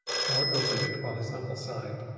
powart opened it while his uncle signed.